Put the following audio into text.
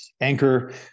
anchor